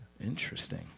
Interesting